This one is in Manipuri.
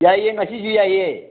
ꯌꯥꯏꯌꯦ ꯉꯁꯤꯁꯦ ꯌꯥꯏꯌꯦ